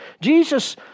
Jesus